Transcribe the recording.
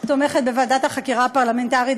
תומכת בוועדת החקירה הפרלמנטרית,